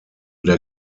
der